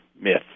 myths